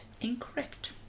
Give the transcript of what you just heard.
incorrect